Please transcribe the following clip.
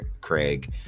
Craig